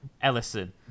Ellison